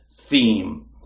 theme